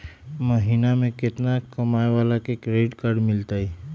महीना में केतना कमाय वाला के क्रेडिट कार्ड मिलतै?